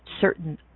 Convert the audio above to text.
certain